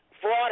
Fraud